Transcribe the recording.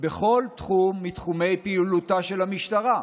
בכל תחום מתחומי פעילותה של המשטרה.